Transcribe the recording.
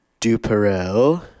Dupereau